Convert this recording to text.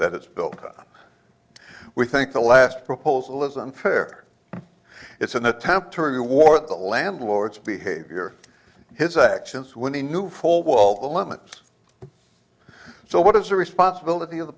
that has built up we think the last proposal is unfair it's an attempt to reward the landlords behavior his actions when he knew full well the limits so what is the responsibility of the